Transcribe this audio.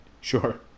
sure